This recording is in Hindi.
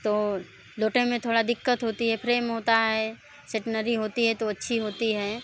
तो लोटे में थोड़ा दिक्कत होती है फ्रेम होता है सेटनरी होती है तो वो अच्छी होती हैं